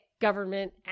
government